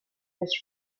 als